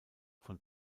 von